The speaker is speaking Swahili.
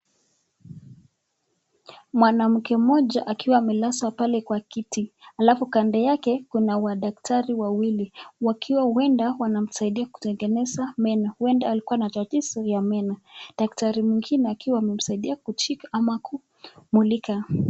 Mwanamke mmoja akiwa amelazwa pale kwa kiti alafu kando yake kuna wadaktari wawili wakiwa huenda wanamsaidia kutengeneza meno. Huenda likuwa na tatizo ya meno. Daktari mwingine akiwa amemsaidia kushika ama kumulika.